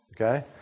okay